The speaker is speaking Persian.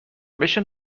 بشین